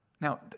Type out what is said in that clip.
Now